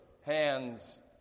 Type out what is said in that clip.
hands